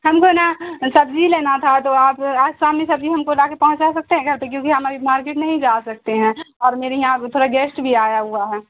ہم کو نا سبزی لینا تھا تو آپ آج شام میں سبزی ہم کو لا کے پہنچا سکتے ہیں گھر پہ کیوںکہ ہم ابھی مارکیٹ نہیں جا سکتے ہیں اور میرے یہاں تھورا گیسٹ بھی آیا ہوا ہے